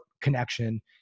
connection